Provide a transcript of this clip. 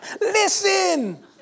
Listen